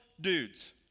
dudes